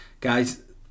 Guys